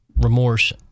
remorse